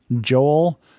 Joel